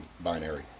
binary